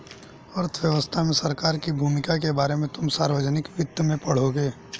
अर्थव्यवस्था में सरकार की भूमिका के बारे में तुम सार्वजनिक वित्त में पढ़ोगे